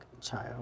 child